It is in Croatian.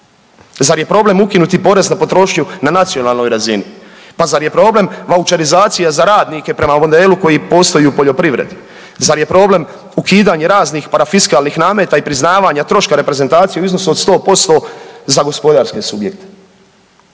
zar je problem ukinuti porez na potrošnju na nacionalnoj razini, pa zar je problem vaučerizacija za radnike prema modelu koji postoji u poljoprivredi, zar je problem ukidanje raznih parafiskalnih nameta i priznavanja troška reprezentacije u iznosu od 100% za gospodarske subjekte?